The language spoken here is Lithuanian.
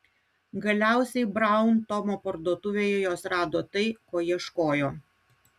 galiausiai braun tomo parduotuvėje jos rado tai ko ieškojo